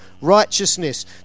righteousness